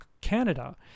Canada